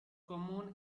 común